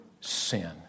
sin